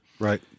Right